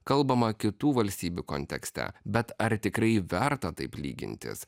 kalbama kitų valstybių kontekste bet ar tikrai verta taip lygintis